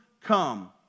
Come